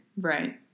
Right